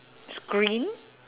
screen